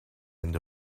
end